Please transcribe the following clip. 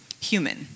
human